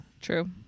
True